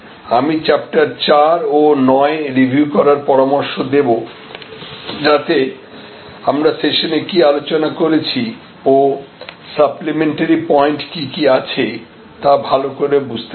আমি চ্যাপ্টার 8 ও 9 রিভিউ করার পরামর্শ দেব যাতে আমরা সেশনে কি আলোচনা করেছি ও সাপ্লিমেন্টারি পয়েন্ট কি কি আছে তা ভালো বুঝতে পারেন